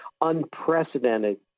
unprecedented